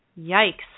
Yikes